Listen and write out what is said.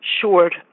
short